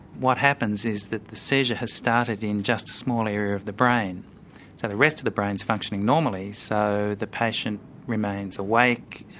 what happens is that the seizure has started in just a small area of the brain so the rest of the brain's functioning normally so the patient remains awake,